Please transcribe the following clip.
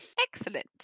Excellent